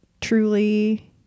truly